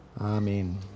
Amen